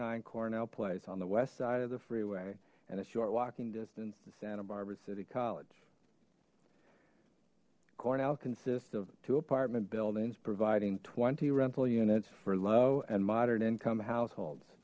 nine cornell place on the west side of the freeway and a short walking distance to santa barbara city college cornell consists of two apartment buildings providing twenty rental units for low and moderate income households